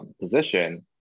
position